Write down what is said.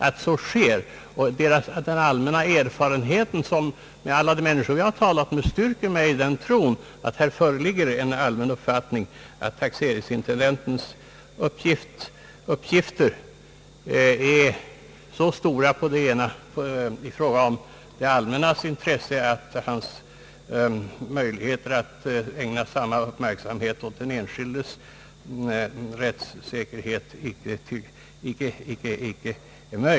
Alla de människor som jag har talat med styrker mig i den tron, att det här föreligger en allmän uppfattning att taxeringsintendentens uppgifter är så stora i fråga om bevakningen av det allmännas intresse att han inte har möjligheter att ägna samma upp märksamhet åt den enskildes rättssäkerhet.